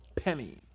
penny